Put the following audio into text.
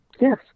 Yes